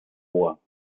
vor